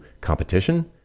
competition